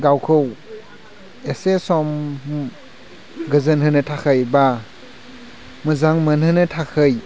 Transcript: गावखौ एसे सम गोजोन होनो थाखाय बा मोजां मोनहोनो थाखाय